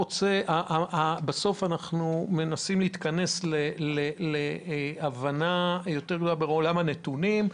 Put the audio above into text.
אבל עכשיו אנחנו מנסים להתכנס להבנה יותר גדולה של עולם הנתונים.